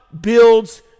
builds